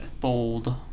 Bold